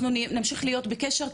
אנחנו נמשיך להיות בקשר,